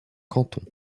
cantons